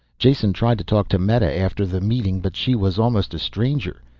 jason tried to talk to meta after the meeting, but she was almost a stranger.